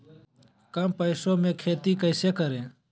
कम पैसों में खेती कैसे करें?